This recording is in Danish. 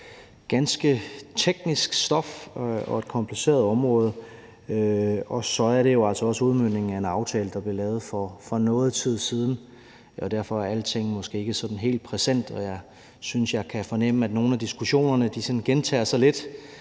Det er ganske teknisk stof og et kompliceret område, og så er det jo altså også udmøntningen af en aftale, der blev lavet for noget tid siden. Derfor er alting måske ikke sådan helt præsent. Jeg synes, jeg kan fornemme, at nogle af diskussionerne sådan gentager sig lidt,